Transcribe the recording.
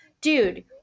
dude